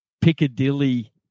Piccadilly